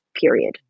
period